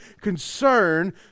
concern